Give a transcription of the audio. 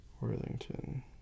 Worthington